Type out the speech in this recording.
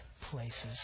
places